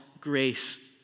grace